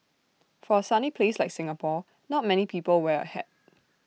for A sunny place like Singapore not many people wear A hat